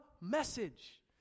message